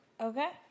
Okay